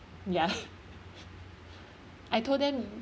ya I told them